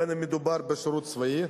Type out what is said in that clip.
בין שמדובר בשירות צבאי